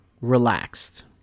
relaxed